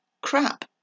crap